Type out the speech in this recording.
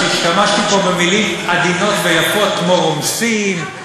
כשהשתמשתי פה במילים עדינות ויפות כמו רומסים,